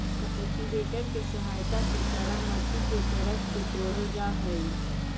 cultivator के सहायता से कड़ा मट्टी के परत के तोड़ल जा हई